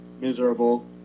miserable